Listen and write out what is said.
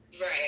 Right